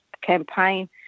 campaign